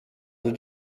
did